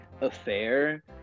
affair